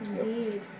Indeed